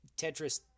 Tetris